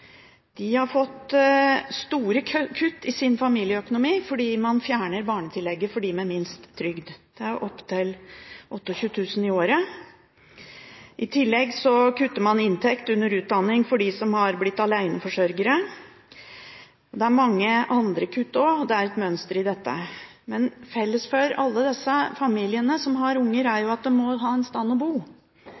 de som har unger. De har fått store kutt i sin familieøkonomi fordi man fjerner barnetillegget for dem med minst trygd. Det er opptil 28 000 kr i året. I tillegg kutter man inntekten for aleneforsørgere under utdanning. Det er mange andre kutt også, det er et mønster i dette. Men felles for alle disse familiene som har unger, er at de må ha et sted å bo,